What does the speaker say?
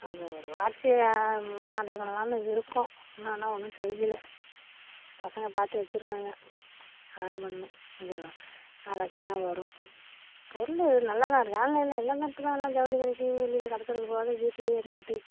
அப்புறம் ஒரு வாட்சி ஆர்டர் பண்ணலாமுன்னு இருக்கோம் இன்னும் ஆனால் ஒன்றும் செய்யலை பசங்க பார்த்து வச்சிருக்காங்க ஆன் பண்ணனும் அது ஆர்டர் பண்ணுனா வரும் பொருள் நல்லா தான் இருக்குது ஆன்லைனில் எல்லாம்தான் இப்போ தான் ஜவுளிக்கடைக்கு வெளியில் கடைத்தெருவுக்கு போகாத வீட்டிலேயே இருந்துகிட்டு